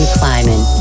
climbing